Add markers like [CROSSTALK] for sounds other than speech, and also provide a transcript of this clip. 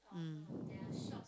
mm [BREATH]